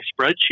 spreadsheet